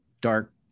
dark